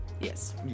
Yes